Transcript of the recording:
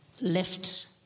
left